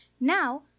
Now